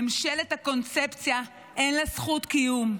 ממשלת הקונספציה, אין לה זכות קיום.